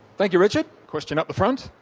thank you richard. a question up the front.